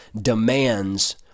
demands